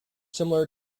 similar